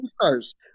stars